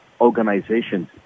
organizations